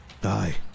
Die